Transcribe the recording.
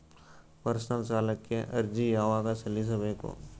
Personal ಸಾಲಕ್ಕೆ ಅರ್ಜಿ ಯವಾಗ ಸಲ್ಲಿಸಬೇಕು?